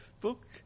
book